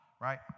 right